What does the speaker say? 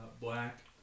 black